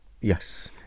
Yes